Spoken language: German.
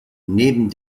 neben